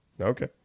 Okay